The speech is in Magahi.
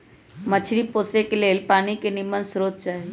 मछरी पोशे के लेल पानी के निम्मन स्रोत चाही